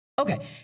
Okay